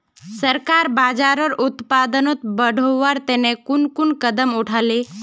सरकार बाजरार उत्पादन बढ़वार तने कुन कुन कदम उठा ले